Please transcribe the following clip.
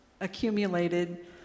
accumulated